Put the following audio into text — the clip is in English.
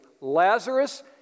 Lazarus